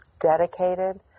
dedicated